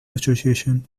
association